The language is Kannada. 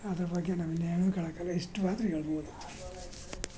ಅದ್ರ ಬಗ್ಗೆ ನಾವು ಇನ್ನೇನು ಕೆಳೋಕ್ಕಲ್ಲ ಇಷ್ಟು ಮಾತ್ರ ಹೇಳ್ಬೋದು